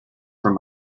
from